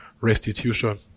restitution